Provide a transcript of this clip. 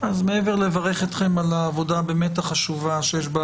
אז מעבר ללברך אתכם על העבודה הבאמת חשובה שיש בה